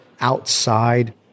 outside